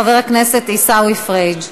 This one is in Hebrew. חבר הכנסת עיסאווי פריג'.